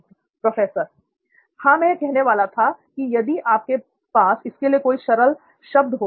Professor Yeah I was going to say if you have a simpler word for that professor हां मैं कहने वाला था कि यदि आपके पास इसके लिए कोई सरल शब्द हो तो